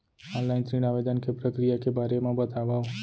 Online ऋण आवेदन के प्रक्रिया के बारे म बतावव?